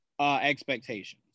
expectations